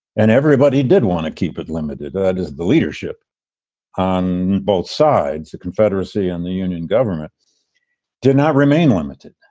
and everybody did want to keep it limited. that is the leadership on both sides. the confederacy and the union government did not remain limited